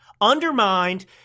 undermined